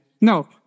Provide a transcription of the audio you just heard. No